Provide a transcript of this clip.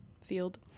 field